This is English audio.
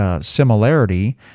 similarity